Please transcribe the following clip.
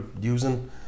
using